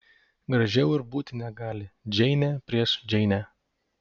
gražiau ir būti negali džeinė prieš džeinę